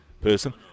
person